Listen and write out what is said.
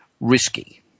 risky